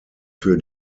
für